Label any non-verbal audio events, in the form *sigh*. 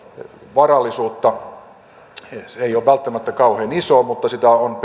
varallisuutta se ei ole välttämättä kauhean isoa mutta sitä on *unintelligible*